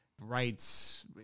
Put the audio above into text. rights